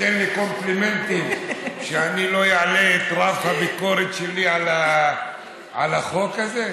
נותן לי קומפלימנטים שאני לא אעלה את רף הביקורת שלי על החוק הזה?